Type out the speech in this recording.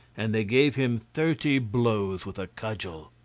and they gave him thirty blows with a cudgel.